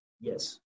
Yes